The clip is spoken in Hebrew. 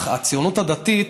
הציונות הדתית,